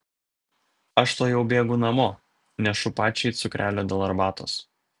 aš tuojau bėgu namo nešu pačiai cukrelio dėl arbatos